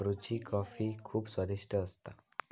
ब्रुची कॉफी खुप स्वादिष्ट असता